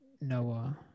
Noah